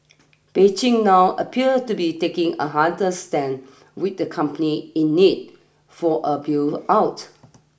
Beijing now appear to be taking a harder stand with the company in need for a bill out